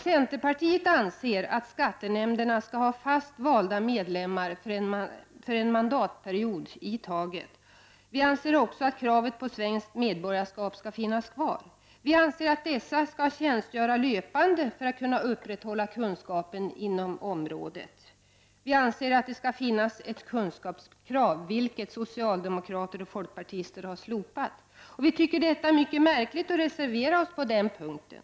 Centerpartiet anser att skattenämnderna skall ha fast valda medlemmar för en mandatperiod i taget. Vi anser också att kravet på svenskt medborgarskap skall finnas kvar. Vi anser att dessa medlemmar skall tjänstgöra löpande för att kunna upprätthålla kunskapen inom området. Vi anser att det skall finnas ett kunskapskrav, ett krav som avstyrkts av socialdemokrater och folkpartister. Vi tycker att detta är mycket märkligt och reserverar oss på den punkten.